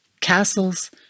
castles